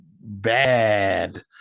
bad